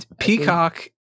Peacock